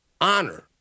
Honor